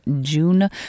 June